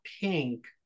pink